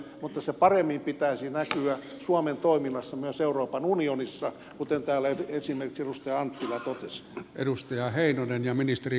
mutta sen pitäisi näkyä paremmin suomen toiminnassa myös euroopan unionissa kuten täällä esimerkiksi edustaja anttila totesi